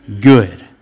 good